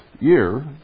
year